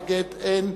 נגד אין,